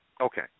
Okay